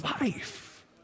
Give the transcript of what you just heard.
Life